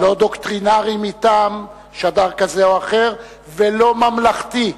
לא דוקטרינרי מטעם שדר כזה או אחר ולא ממלכתי,